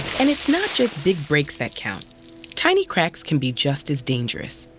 and it's not just big breaks that count tiny cracks can be just as dangerous.